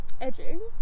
Edging